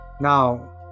Now